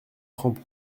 francs